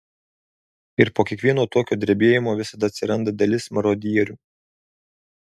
ir po kiekvieno tokio drebėjimo visada atsiranda dalis marodierių